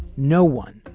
no one,